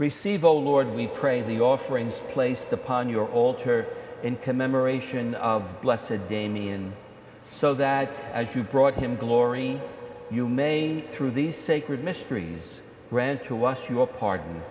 receive oh lord we pray the offerings placed upon your altar in commemoration of bless a damien so that as you brought him glory you may through these sacred mysteries read to wash your pardon